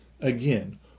Again